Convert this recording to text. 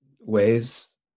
ways